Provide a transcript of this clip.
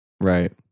Right